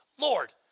Lord